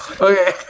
okay